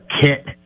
kit